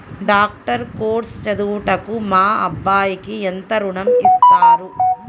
Doctor course చదువుటకు మా అబ్బాయికి ఎంత ఋణం ఇస్తారు?